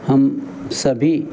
हम सभी